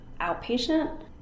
outpatient